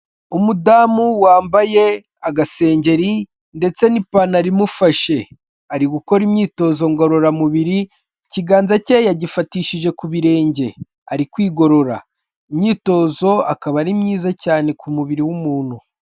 Umudamu wambaye agasengeri ndetse n'ipantaro imufashe, ari gukora imyitozo ngororamubiri, ikiganza cye yagifatishije ku birenge, ari kwigorora. Imyitozo akaba ari myiza cyane ku mubiri w'umuntu.